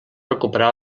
recuperar